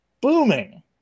booming